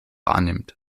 annimmt